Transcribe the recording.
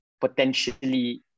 potentially